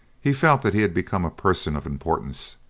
he felt that he had become a person of importance,